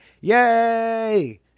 Yay